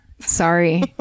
Sorry